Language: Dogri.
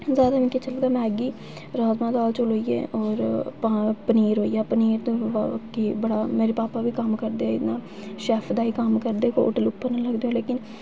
जैदा मिगी अच्छा लगदा मैगी राजमांह् दाल चौल होई गे और पा पनीर होई गेआ पनीर ते बाकी बड़ा मेरे भापा बी कम्म करदे न शैफ दा ई कम्म करदे ओह् होटल उप्पर न लगदे लेकिन